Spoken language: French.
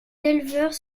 éleveurs